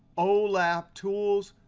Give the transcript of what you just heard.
olap tools,